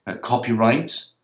copyright